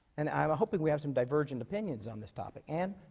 and i'm hoping we have some divergent opinions on this topic. anne?